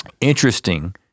Interesting